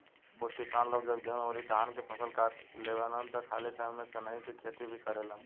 कुछ किसान लोग जब गेंहू अउरी धान के फसल काट लेवेलन त खाली समय में सनइ के खेती भी करेलेन